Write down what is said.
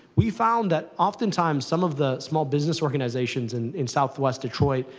we found that, oftentimes, some of the small business organizations and in southwest detroit,